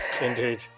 Indeed